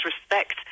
respect